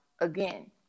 again